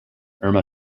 irma